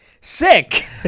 sick